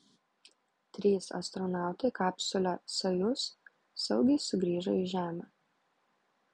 trys astronautai kapsule sojuz saugiai sugrįžo į žemę